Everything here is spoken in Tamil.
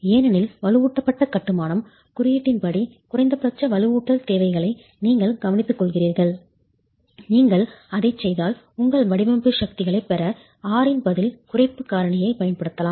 ஏனெனில் வலுவூட்டப்பட்ட கட்டுமானம் குறியீட்டின்படி குறைந்தபட்ச வலுவூட்டல் தேவைகளை நீங்கள் கவனித்துக்கொள்கிறீர்கள் நீங்கள் அதைச் செய்தால் உங்கள் வடிவமைப்பு சக்திகளைப் பெற R இன் பதில் குறைப்பு காரணியைப் பயன்படுத்தலாம்